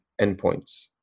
endpoints